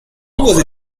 was